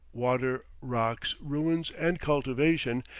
water, rocks, ruins, and cultivation,